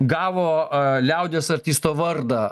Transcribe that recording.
gavo liaudies artisto vardą